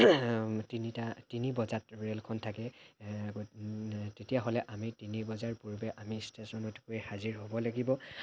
তিনিটা তিনি বজাত ৰেইলখন থাকে তেতিয়াহ'লে আমি তিনি বজাৰ পূৰ্বে ষ্টেশ্যনত গৈ হাজিৰ হ'ব লাগিব